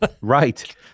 Right